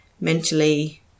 mentally